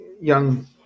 young